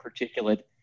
particulate